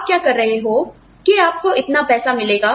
आप क्या कर रहे हो कि आपको इतना पैसा मिलेगा